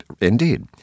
indeed